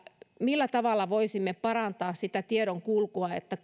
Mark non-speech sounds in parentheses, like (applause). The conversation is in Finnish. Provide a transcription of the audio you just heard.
millä tavalla voisimme parantaa tiedonkulkua niin että (unintelligible)